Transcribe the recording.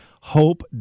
Hope